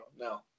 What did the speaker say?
no